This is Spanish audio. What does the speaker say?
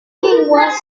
lenguas